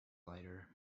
lighter